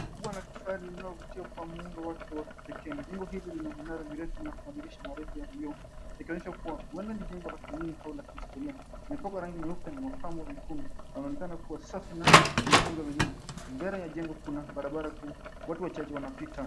Kubwa la kifahari kinachovutia kwa muundo wake wa kipekee. Jengo hili lina minara mirefu na mabadilisho marefu ya mioyo. Inaonyesha kuwa huenda ni jengo la kilini au la kihistoria. Limepakwa rangi nyeupe na mapambo mekundu na linaonekana kuwa safi na limetunzwa vizuri. Mbele ya jengo kuna barabara ku watu wachache wanapita.